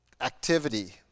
activity